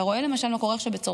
אתה רואה למשל מה קורה עכשיו בצרפת,